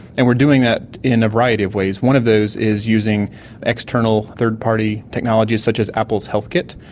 and we are doing that in a variety of ways. one of those is using external third party technologies such as apple's healthkit,